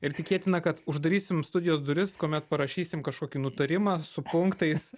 ir tikėtina kad uždarysim studijos duris kuomet parašysim kažkokį nutarimą su punktais